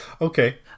Okay